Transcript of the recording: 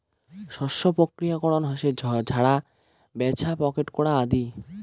শস্য প্রক্রিয়াকরণ হসে ঝাড়া, ব্যাছা, প্যাকেট করা আদি